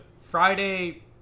friday